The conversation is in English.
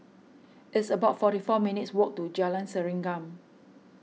it's about forty four minutes walk to Jalan Serengam